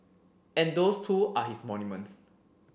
and those too are his monuments